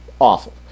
awful